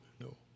no